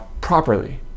properly